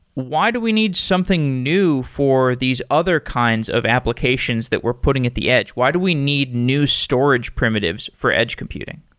why do we need something new for these other kinds of applications that we're putting at the edge? why do we need new storage primitives for edge computing?